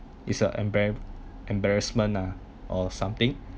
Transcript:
it's a embarra~ embarrassment ah or something